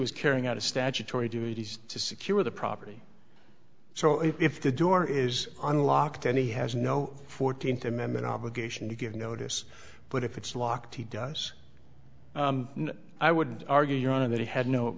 was carrying out a statutory duty to secure the property so if the door is unlocked and he has no fourteenth amendment obligation to give notice but if it's locked he does i would argue your honor that he had no